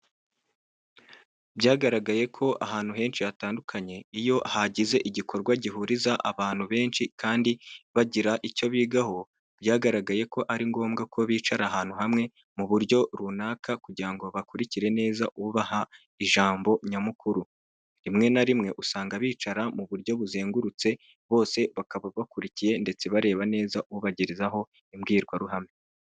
Byagaragaye ko ahantu henshi hatandukanye, iyo hageze igikorwa gihuriza abantu benshi, kandi bagira icyo bigaho, byagaragaye ko ari ngombwa ko bicara ahantu hamwe mu buryo runaka kugira ngo bakurikire neza ubaha ijambo nyamukuru. Rimwe na rimwe usanga bicara mu buryo buzengurutse, bose bakaba bakurikiye ndetse bareba neza ubagezaho imbwirwaruhame.